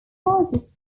largest